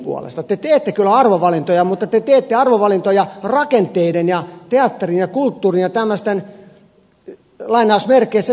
te teette kyllä arvovalintoja mutta te teette arvovalintoja rakenteiden ja teatterien ja kulttuurin ja tämmöisten sirkushuvien puolesta